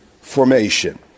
formation